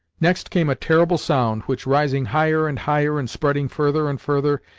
next came a terrible sound which, rising higher and higher, and spreading further and further,